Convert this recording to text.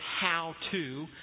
how-to